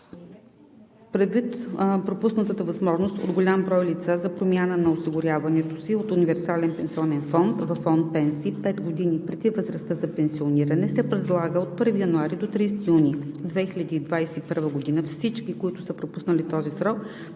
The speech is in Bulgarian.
Предвид пропуснатата възможност от голям брой лица за промяна на осигуряването си от универсален пенсионен фонд във Фонд „Пенсии“ 5 години преди възрастта за пенсиониране, се предлага от 1 януари до 30 юни 2021 г. всички, които са пропуснали този срок,